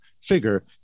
figure